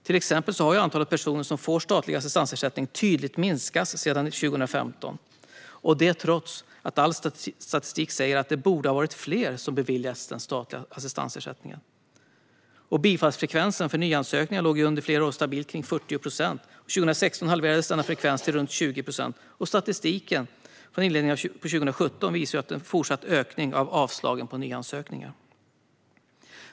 Till exempel har antalet personer som får statlig assistansersättning tydligt minskat sedan 2015, trots att all statistik säger att det borde ha varit fler som beviljats den statliga assistansersättningen. Bifallsfrekvensen för nyansökningar låg under flera år stabilt omkring 40 procent. År 2016 halverades dock denna frekvens till runt 20 procent, och statistiken från inledningen av 2017 visar på en fortsatt ökning av avslagen på nyansökningar.